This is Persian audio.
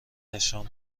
نشان